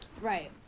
Right